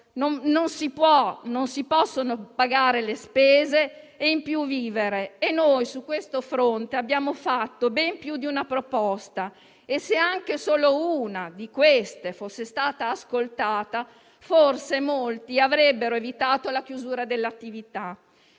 non si possono pagare le spese e in più vivere e noi su questo fronte abbiamo fatto ben più di una proposta. E se anche solo una di queste fosse stata ascoltata, forse molti avrebbero evitato la chiusura dell'attività.